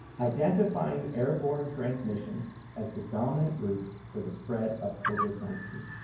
identifying airborne transmission as the dominant route for the spread of covid nineteen.